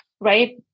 right